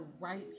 right